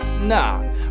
nah